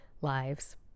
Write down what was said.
lives